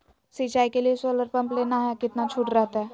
सिंचाई के लिए सोलर पंप लेना है कितना छुट रहतैय?